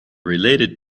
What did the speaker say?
related